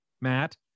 Matt